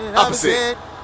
opposite